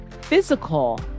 physical